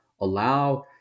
allow